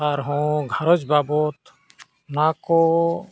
ᱟᱨᱦᱚᱸ ᱜᱷᱟᱨᱚᱸᱡᱽ ᱵᱟᱵᱚᱛ ᱚᱱᱟ ᱠᱚ